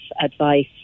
advice